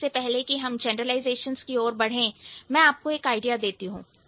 इससे पहले कि हम जनरलाइजेशंस की ओर बढ़े मैं आपको एक आईडिया देती हूं